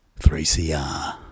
3CR